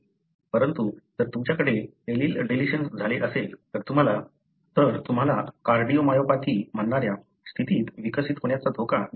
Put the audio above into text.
परंतु जर तुमच्याकडे एलील डिलिशन्स झाले असेल तर तुम्हाला कार्डिओमायोपॅथी म्हणणाऱ्या स्थिती विकसित होण्याचा धोका जास्त असतो